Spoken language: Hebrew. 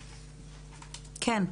כן,